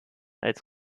als